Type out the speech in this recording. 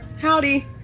Howdy